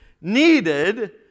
needed